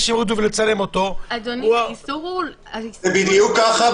זה בדיוק ככה,